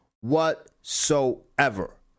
whatsoever